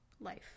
life